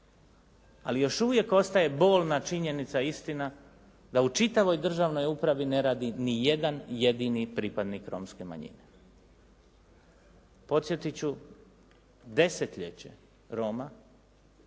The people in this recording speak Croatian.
ali još uvijek ostaje bolna činjenica, istina da u čitavoj državnoj upravi ne radi ni jedan jedini pripadnik romske manjine. Podsjetit ću desetljeće Roma